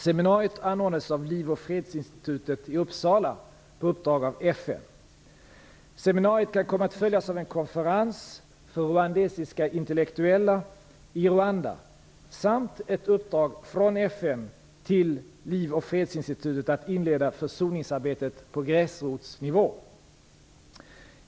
Seminariet kan anordnades av Liv och Fredsinstitutet i Uppsala på uppdrag av FN. Seminariet kan komma att följas av en konferens för rwandiska intellektuella i Rwanda samt ett uppdrag från FN till Liv och Fredsinstitutet att inleda försoningsarbete på gräsrotsnivå.